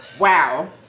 Wow